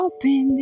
Open